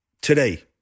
today